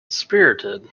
spirited